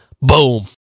boom